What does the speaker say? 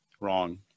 wrong